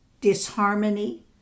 disharmony